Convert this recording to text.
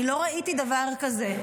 אני לא ראיתי דבר כזה.